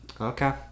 Okay